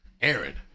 aaron